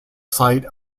site